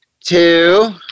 two